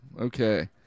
Okay